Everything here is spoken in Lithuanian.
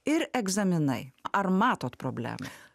ir egzaminai ar matot problemą